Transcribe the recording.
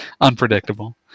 Unpredictable